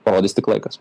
parodys tik laikas